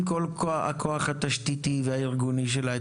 עם כל הכוח התשתיתי והארגוני שלה,